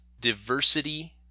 diversity